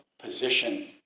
position